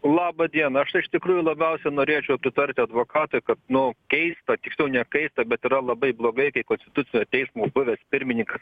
laba diena aš tai iš tikrųjų labiausia norėčiau pritarti advokatui kad nu keista tiksliau nekeista bet yra labai blogai kai konstitucinio teismo buvęs pirmininkas